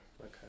okay